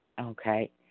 Okay